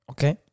Okay